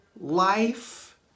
life